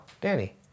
Danny